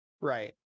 Right